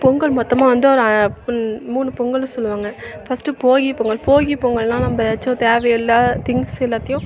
பொங்கல் மொத்தமாக வந்து ஒரு புன் மூணு பொங்கல்னு சொல்லுவாங்க ஃபஸ்ட்டு போகி பொங்கல் போகி பொங்கல்னால் நம்ம எதாச்சும் தேவையில்லாத திங்க்ஸ் எல்லாத்தையும்